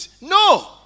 No